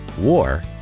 War